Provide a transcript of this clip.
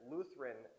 Lutheran